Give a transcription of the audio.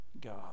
God